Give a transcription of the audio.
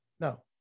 No